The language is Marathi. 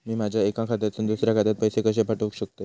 मी माझ्या एक्या खात्यासून दुसऱ्या खात्यात पैसे कशे पाठउक शकतय?